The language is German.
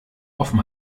offen